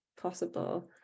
possible